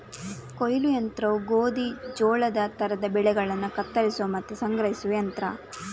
ಕೊಯ್ಲು ಯಂತ್ರವು ಗೋಧಿ, ಜೋಳದ ತರದ ಬೆಳೆಗಳನ್ನ ಕತ್ತರಿಸುವ ಮತ್ತೆ ಸಂಗ್ರಹಿಸುವ ಯಂತ್ರ